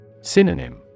Synonym